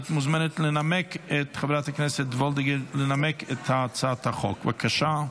את מוזמנת לנמק את הצעת החוק, בבקשה.